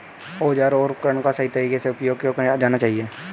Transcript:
औजारों और उपकरणों का सही तरीके से उपयोग क्यों किया जाना चाहिए?